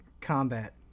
combat